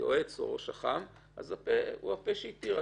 היועץ או ראש אח"מ אז הפה הוא הפה שהתיר.